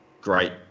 great